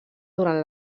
durant